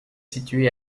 situé